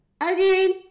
Again